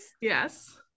yes